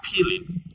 appealing